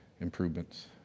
improvements